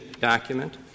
document